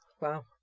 Wow